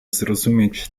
zrozumieć